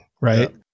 right